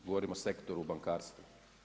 Govorim o sektoru u bankarstvu.